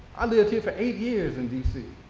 ah lived here for eight years in dc.